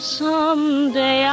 someday